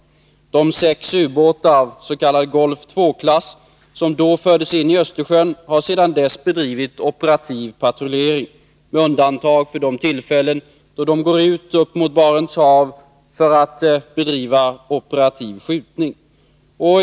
De sex ubåtar av s.k. Golf II-klass som då fördes in i Östersjön har sedan dess bedrivit operativ patrullering, med undantag för de tillfällen då de gått upp mot Barents hav för att bedriva operativ skjutning.